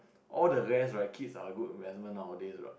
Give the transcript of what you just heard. or the rest right kid are a good investment nowadays right